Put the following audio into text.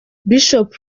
bishop